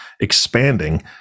expanding